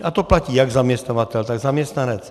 A to platí jak zaměstnavatel, tak zaměstnanec.